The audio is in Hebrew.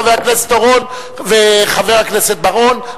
חבר הכנסת אורון וחבר הכנסת בר-און,